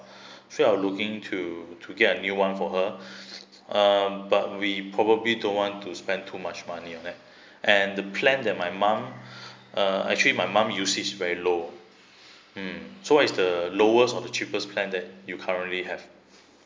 feel I will looking to to get a new one for her uh but we probably don't want to spend too much money on it and the plan that my mum uh actually my mum usage very low mm so as the lowest or the cheapest plan that you currently have